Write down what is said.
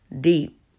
deep